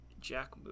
Jack